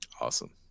Awesome